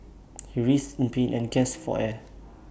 he writhed in pain and gasped for air